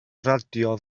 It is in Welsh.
radio